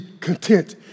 content